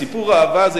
סיפור אהבה, אותי.